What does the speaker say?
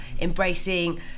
embracing